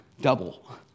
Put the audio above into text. double